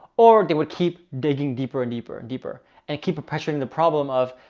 or they would keep digging deeper and deeper and deeper and keep pressuring the problem of,